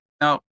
Now